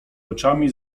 oczami